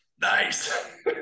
Nice